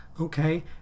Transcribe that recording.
okay